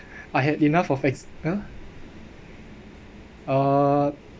I had enough of ex~ uh uh